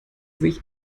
sich